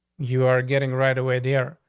you are getting right away there.